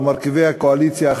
או מרכיבי הקואליציה,